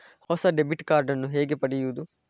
ಹೊಸ debit card ನ್ನು ಹೇಗೆ ಪಡೆಯುದು?